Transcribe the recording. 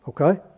Okay